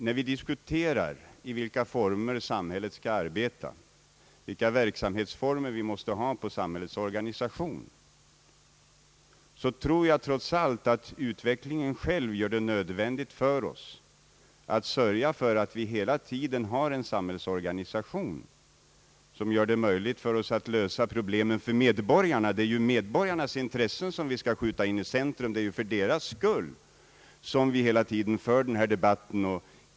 När vi diskuterar i vilka former samhället skall arbeta, vilka verksamhetsformer vi måste ha för samhällets organisation, så tror jag trots allt att utvecklingen tvingar oss att sörja för att vi hela tiden har en samhällsorganisation som gör det möjligt att lösa problemen för medborgarna. Det är ju medborgarnas intressen som skall stå i centrum. Det är för deras skull som vi hela tiden för den här debatten.